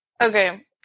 Okay